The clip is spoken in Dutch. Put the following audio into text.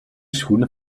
schoenen